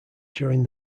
during